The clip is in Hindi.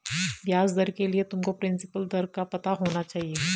ब्याज दर के लिए तुमको प्रिंसिपल दर का पता होना चाहिए